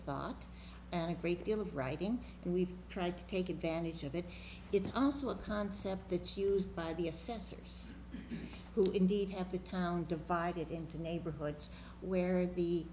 thought and a great deal of writing and we've tried to take advantage of it it's also a concept it's used by the a censors who indeed have the town divided into neighborhoods where the